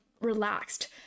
relaxed